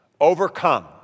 overcome